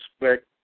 respect